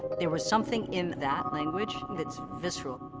there was something in that language that's visceral.